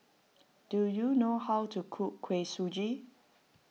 do you know how to cook Kuih Suji